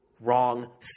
wrong